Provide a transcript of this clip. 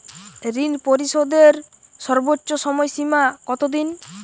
ঋণ পরিশোধের সর্বোচ্চ সময় সীমা কত দিন?